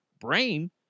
brain